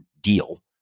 deal